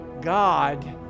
God